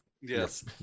Yes